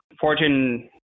Fortune